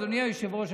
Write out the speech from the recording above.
אדוני היושב-ראש,